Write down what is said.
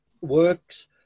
works